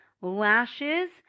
lashes